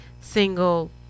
single